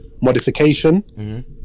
modification